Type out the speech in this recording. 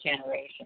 generation